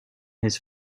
his